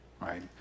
right